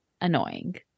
annoying